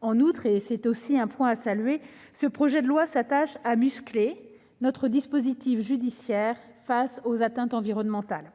En outre, et c'est aussi un point à saluer, ce projet de loi s'attache à muscler notre dispositif judiciaire face aux atteintes environnementales.